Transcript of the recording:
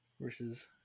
versus